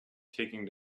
taking